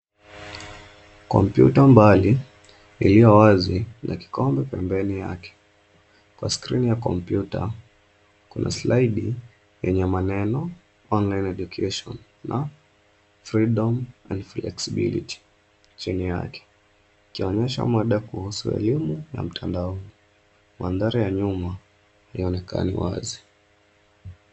Kompyuta mbali, iliyo wazi, na kikombe pembeni yake. Kwa skrini ya kompyuta, kuna slaidi, yenye maneno, Online Education na Freedom and Flexibility , chini yake. Ikionyesha mada kuhusu elimu na mtandaoni. Mandhari ya nyuma, inaonekana wazi.